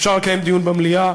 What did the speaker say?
אפשר לקיים דיון במליאה,